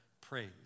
praise